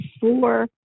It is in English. four